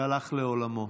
שהלך לעולמו.